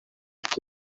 kuki